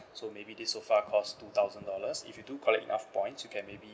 so maybe this sofa cost two thousand dollars if you do collect enough points you can maybe